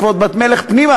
כבוד בת מלך פנימה,